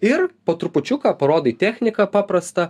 ir po trupučiuką parodai techniką paprastą